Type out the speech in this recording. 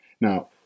Now